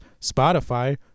spotify